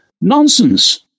Nonsense